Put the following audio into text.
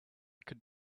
could